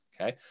okay